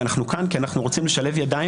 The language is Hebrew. ואנחנו כאן כי אנחנו רוצים לשלב ידיים